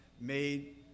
made